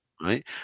right